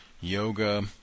yoga